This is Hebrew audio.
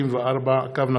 חוק פ/3834/20